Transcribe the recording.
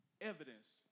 evidence